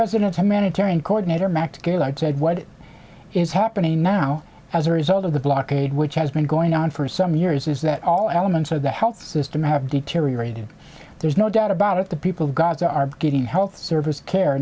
resident how many terry and coordinator max gaillard said what is happening now as a result of the blockade which has been going on for some years is that all elements of the health system have deteriorated there's no doubt about it the people of gaza are getting health services care